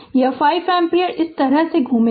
यह 5 एम्पियर इस तरह घूमेगा